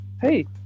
Hey